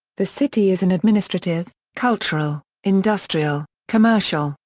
the city is an administrative, cultural, industrial, commercial,